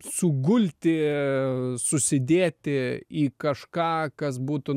sugulti susidėti į kažką kas būtų